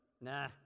nah